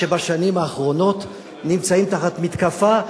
שבשנים האחרונות נמצאים תחת מתקפה.